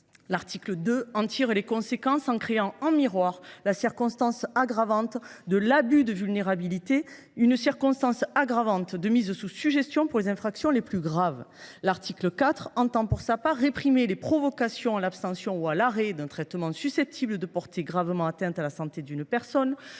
L’article 2 en tirait les conséquences en créant, en miroir de la circonstance aggravante d’abus de vulnérabilité, une circonstance aggravante de mise sous sujétion pour les infractions les plus graves. L’article 4 visait enfin à réprimer les provocations à l’abstention ou à l’arrêt d’un traitement susceptibles de porter gravement atteinte à la santé d’une personne,